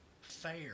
fair